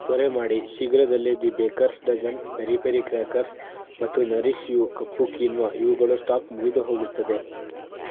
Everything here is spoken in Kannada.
ತ್ವರೆ ಮಾಡಿ ಶೀಘ್ರದಲ್ಲೇ the bakers dozen peri peri crackers ಮತ್ತು ನರಿಷ್ ಯೂ ಕಪ್ಪು ಕೀನ್ವಾ ಇವುಗಳ ಸ್ಟಾಕ್ ಮುಗಿದುಹೋಗುತ್ತದೆ